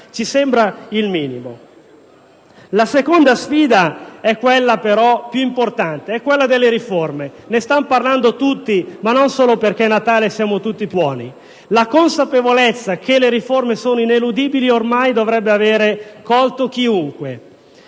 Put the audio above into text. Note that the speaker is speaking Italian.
ci sembra il minimo. La seconda sfida, la più importante, è quella delle riforme. Ne stanno parlando tutti, ma non solo perché a Natale siamo tutti più buoni. La consapevolezza che le riforme sono ineludibili ormai dovrebbe avere colto chiunque.